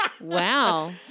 Wow